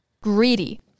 greedy